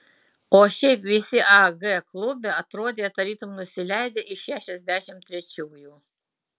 o šiaip visi ag klube atrodė tarytum nusileidę iš šešiasdešimt trečiųjų